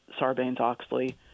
Sarbanes-Oxley